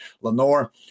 Lenore